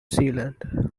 zealand